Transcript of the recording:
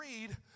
read